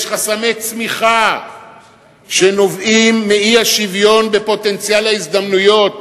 יש חסמי צמיחה שנובעים מאי-שוויון בפוטנציאל ההזדמנויות,